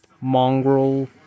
mongrel